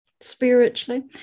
spiritually